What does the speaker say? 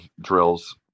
drills